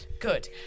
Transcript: Good